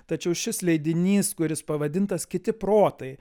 tačiau šis leidinys kuris pavadintas kiti protai